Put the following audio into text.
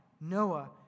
Noah